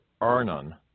Arnon